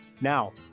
Now